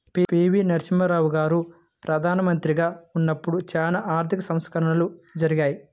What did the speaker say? పి.వి.నరసింహారావు గారు ప్రదానమంత్రిగా ఉన్నపుడు చానా ఆర్థిక సంస్కరణలు జరిగాయి